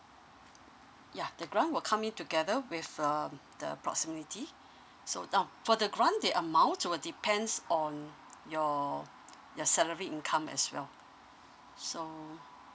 yeah the grant will come in together with um the proximity so now for the grant the amount will depends on your your salary income as well so